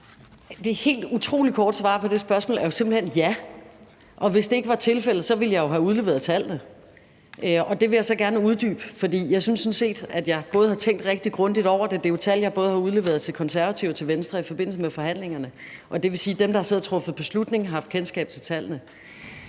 det spørgsmål er jo simpelt hen: Ja. Og hvis det ikke var tilfældet, ville jeg jo have udleveret tallene. Og det vil jeg så gerne uddybe, for jeg synes sådan set, at jeg har tænkt rigtig grundigt over det. Det er jo tal, jeg både har udleveret til De Konservative og til Venstre i forbindelse med forhandlingerne, og det vil sige, at dem, der har siddet og truffet beslutningerne, jo har haft kendskab til tallene.